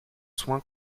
soins